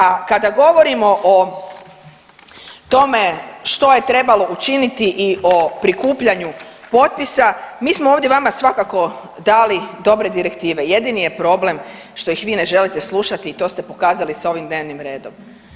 A kada govorimo o tome što je trebalo učiniti i o prikupljanju potpisa mi smo ovdje vama svakako dali dobre direktive, jedini je problem što ih vi ne želite slušati i to ste pokazali sa ovim dnevnim redom.